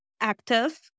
active